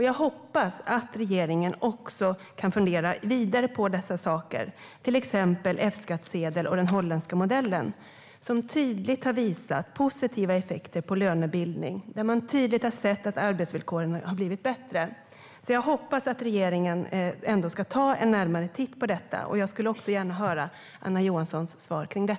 Jag hoppas att regeringen kan fundera vidare på dessa saker, till exempel gällande F-skattsedeln och den holländska modellen, som tydligt har visat positiva effekter på lönebildningen och lett till bättre arbetsvillkor. Jag hoppas att regeringen ändå kommer att ta en närmare titt på detta. Jag skulle gärna höra Anna Johanssons svar om det.